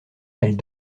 elle